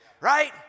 right